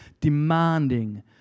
demanding